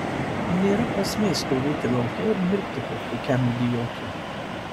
nėra prasmės stovėti lauke ir mirkti kaip kokiam idiotui